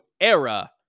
era